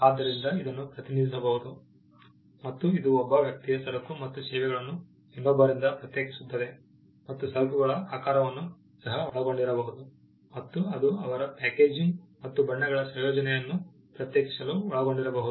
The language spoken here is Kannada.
ಆದ್ದರಿಂದ ಇದನ್ನು ಪ್ರತಿನಿಧಿಸಬಹುದು ಮತ್ತು ಇದು ಒಬ್ಬ ವ್ಯಕ್ತಿಯ ಸರಕು ಮತ್ತು ಸೇವೆಗಳನ್ನು ಇನ್ನೊಬ್ಬರಿಂದ ಪ್ರತ್ಯೇಕಿಸುತ್ತದೆ ಮತ್ತು ಸರಕುಗಳ ಆಕಾರವನ್ನು ಸಹ ಒಳಗೊಂಡಿರಬಹುದು ಮತ್ತು ಅದು ಅವರ ಪ್ಯಾಕೇಜಿಂಗ್ ಮತ್ತು ಬಣ್ಣಗಳ ಸಂಯೋಜನೆಯನ್ನು ಪ್ರತ್ಯೇಕಿಸಲು ಒಳಗೊಂಡಿರಬಹುದು